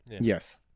Yes